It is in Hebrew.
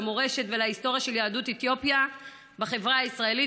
למורשת ולהיסטוריה של יהדות אתיופיה בחברה הישראלית,